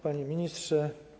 Panie Ministrze!